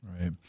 Right